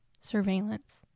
surveillance